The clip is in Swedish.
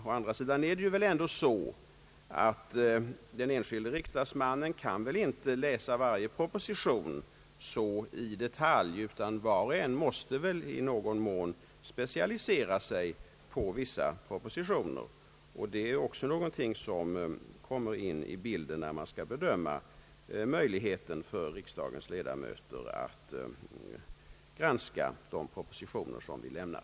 Å andra sidan kan den enskilde riksdagsmannen väl inte läsa alla propositioner i varje detalj, utan han måste i någon mån specialisera sig på vissa propositioner. Det är också någonting som kommer in i bilden, när man skall bedöma möjligheterna för riksdagens ledamöter att granska de propositioner som regeringen lämnar.